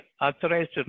authorized